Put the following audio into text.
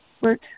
work